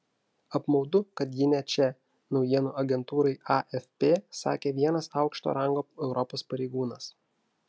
apmaudu kad ji ne čia naujienų agentūrai afp sakė vienas aukšto rango europos pareigūnas